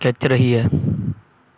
ਖਿੱਚ ਰਹੀ ਹੈ